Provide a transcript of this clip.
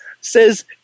says